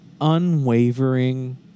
Unwavering